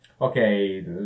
okay